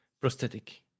prosthetic